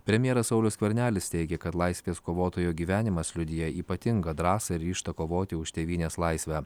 premjeras saulius skvernelis teigė kad laisvės kovotojo gyvenimas liudija ypatingą drąsą ryžtą kovoti už tėvynės laisvę